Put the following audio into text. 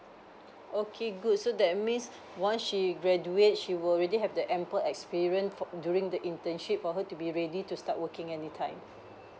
okay good so that means once she graduate she will already have the ample experience during the internship for her to be ready to start working anytime